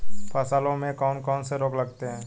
फसलों में कौन कौन से रोग लगते हैं?